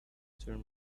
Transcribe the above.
turn